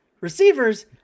receivers